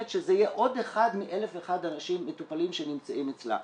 שזה יהיה עוד אחד מאלף ואחד אנשים מטופלים שנמצאים אצלה.